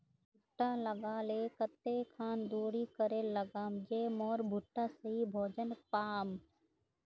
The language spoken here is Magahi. भुट्टा लगा ले कते खान दूरी करे लगाम ज मोर भुट्टा सही भोजन पाम?